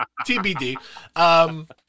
TBD